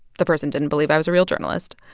the person didn't believe i was a real journalist.